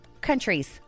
countries